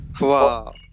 Wow